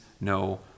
no